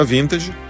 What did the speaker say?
Vintage